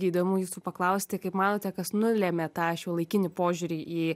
įdomu jūsų paklausti kaip manote kas nulėmė tą šiuolaikinį požiūrį į